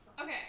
Okay